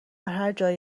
هرجایی